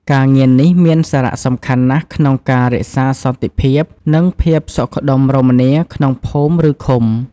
ការងារនេះមានសារៈសំខាន់ណាស់ក្នុងការរក្សាសន្តិភាព និងភាពសុខដុមរមនាក្នុងភូមិ ឬឃុំ។